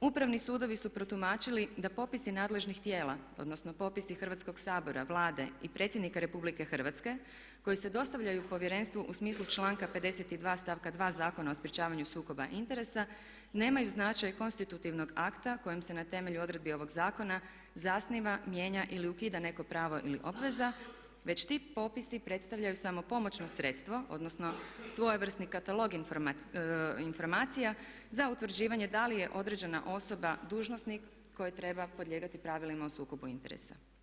Upravni sudovi su protumačili da popisi nadležnih tijela, odnosno popisi Hrvatskog sabora, Vlade i Predsjednika Republike Hrvatske koji se dostavljaju Povjerenstvu u smislu članka 52. stavka 2. Zakona o sprječavanju sukoba interesa nemaju značaj konstitutivnog akta kojim se na temelju odredbi ovog zakona zasniva, mijenja ili ukida neko pravo ili obveza već ti popisi predstavljaju samo pomoćno sredstvo, odnosno svojevrsni katalog informacija za utvrđivanje da li je određena osoba dužnosnik koji treba podlijegati pravilima o sukobu interesa.